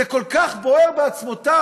זה כל כך בוער בעצמותיו,